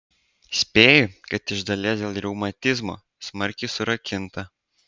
spėju kad iš dalies dėl reumatizmo smarkiai surakinta